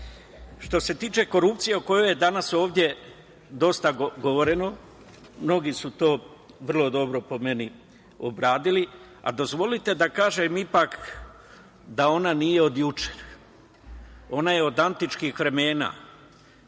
se tiče korupcije o kojoj je danas ovde dosta govoreno, mnogi su to vrlo dobro po meni obradili, dozvolite ipak da kažem da ona nije od juče. Ona je od antičkih vremena.